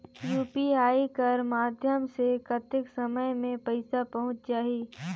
UPI कर माध्यम से कतेक समय मे पइसा पहुंच जाहि?